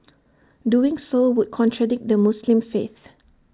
doing so would contradict the Muslim faith